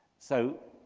so,